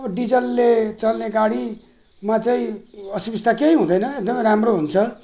अब डिजलले चल्ने गाडीमा चाहिँ असुविस्ता केही हुँदैन एकदमै राम्रो हुन्छ